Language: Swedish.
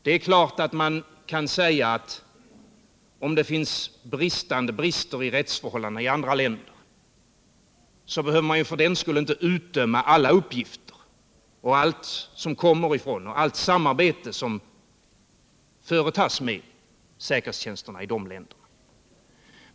Det är klart att om det finns brister i rättsförhållandena i andra länder så behöver man för den skull inte utdöma alla uppgifter som kommer från och allt samarbete som förekommer med säkerhetstjänsterna i de länderna.